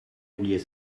oublier